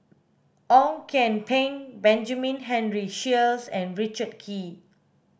Ong Kian Peng Benjamin Henry Sheares and Richard Kee